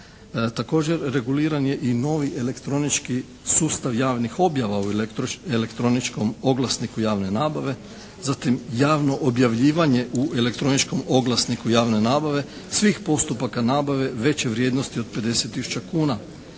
također reguliran je i novi elektronički sustav javnih objava u elektroničkom oglasniku javne nabave zatim javno objavljivanje u elektroničkom oglasniku javne nabave svih postupaka nabave veće vrijednosti od 50 tisuća kuna.